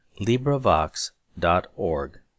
LibriVox.org